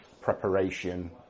preparation